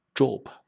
Job